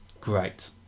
great